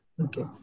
Okay